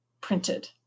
printed